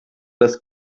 das